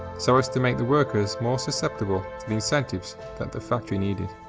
so as to make the workers more susceptible to the incentives that the factory needed.